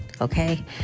okay